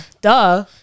Duh